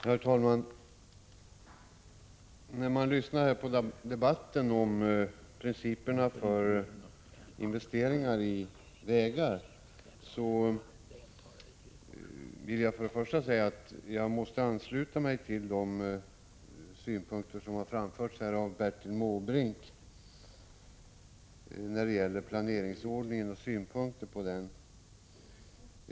Herr talman! När jag lyssnat till debatten om principerna för investeringar i vägar, vill jag först och främst säga att jag måste ansluta mig till de synpunkter som här har framförts av Bertil Måbrink beträffande planeringsordningen.